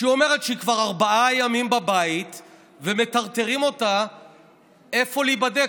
שאומרת שהיא כבר ארבעה ימים בבית ומטרטרים אותה איפה להיבדק?